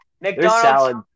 McDonald's